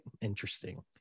Interesting